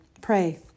pray